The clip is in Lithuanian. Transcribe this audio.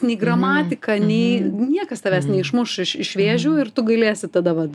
nei gramatika nei niekas tavęs neišmuš iš iš vėžių ir tu galėsi tada vat